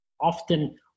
often